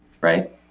right